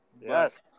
Yes